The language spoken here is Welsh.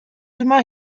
dyma